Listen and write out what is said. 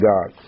God